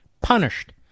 punished